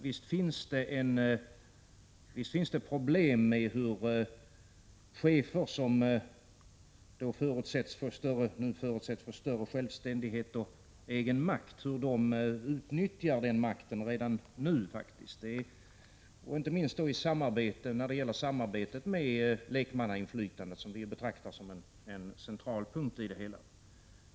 Visst finns det problem med hur chefer, som nu förutsätts få större självständighet, utnyttjar sin makt redan nu. Det gäller inte minst i samarbetet med lekmannarepresentanter. Vi betraktar ju lekmannainflytandet som en central punkt i det hela.